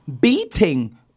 beating